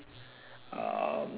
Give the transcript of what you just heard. um